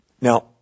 Now